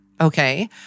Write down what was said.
Okay